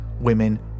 women